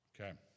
Okay